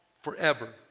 forever